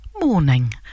morning